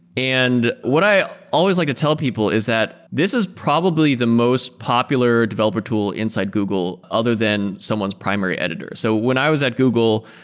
and what i always like to tell people is that this is probably the most popular developer tool inside google other than someone's primary editor. so when i was at google,